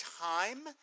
time